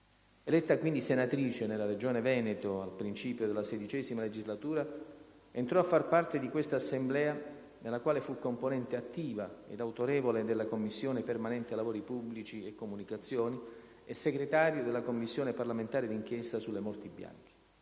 Eletta senatrice nella Regione Veneto al principio della XVI legislatura, entrò a far parte di questa Assemblea nella quale fu componente attiva e autorevole della Commissione permanente lavori pubblici, comunicazioni e segretario della Commissione parlamentare d'inchiesta sulle morti bianche.